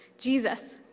Jesus